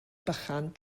bychan